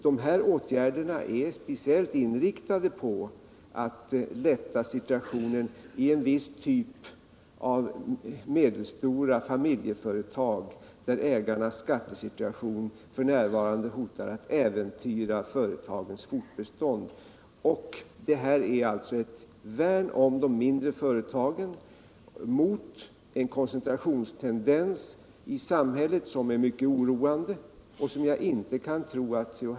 Dessa åtgärder är speciellt inriktade på att lätta situationen i en viss typ av medelstora familjeföretag, där ägarnas skattesituation f. n. hotar att äventyra företagens fortbestånd. Det gäller alltså att värna om de mindre företagen mot en koncentrationstendens i samhället som är mycket oroande och som jag inte kan tro att C-H.